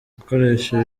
gukoresha